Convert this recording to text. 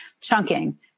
chunking